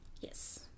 Yes